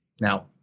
Now